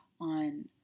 on